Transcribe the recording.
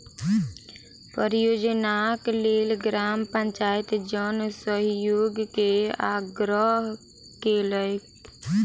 परियोजनाक लेल ग्राम पंचायत जन सहयोग के आग्रह केलकै